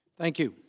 thank you